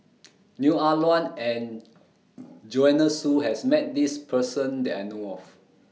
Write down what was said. Neo Ah Luan and Joanne Soo has Met This Person that I know of